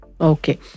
Okay